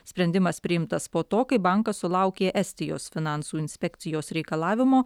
sprendimas priimtas po to kai bankas sulaukė estijos finansų inspekcijos reikalavimo